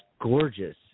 gorgeous